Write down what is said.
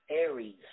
Aries